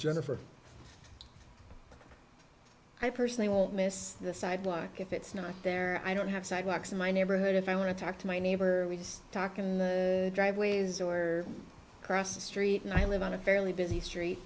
jennifer i personally won't miss the sidewalk if it's not there i don't have sidewalks in my neighborhood if i want to talk to my neighbor or we talk in the driveways or cross street and i live on a fairly busy street